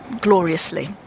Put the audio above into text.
gloriously